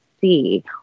see